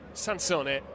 Sansone